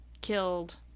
killed